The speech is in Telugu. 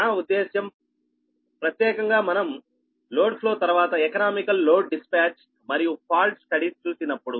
నా ఉద్దేశ్యం ప్రత్యేకంగా మనం లోడ్ ఫ్లో తరువాత ఎకనామికల్ లోడ్ డిస్పాచ్ మరియు ఫాల్ట్ స్టడీస్ చూసినప్పుడు